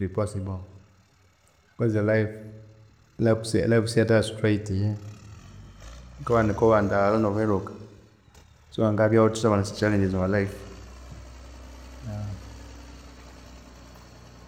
Kyiri possible because e life si yathabya straight eyihi mukabanika obwandaghalha nobweruka siwangabya wuthithabana esyachallenge omwa life